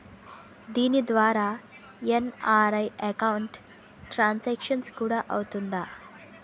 దీని ద్వారా NRI account transaction కూడా అవుతుందా?